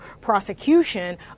prosecution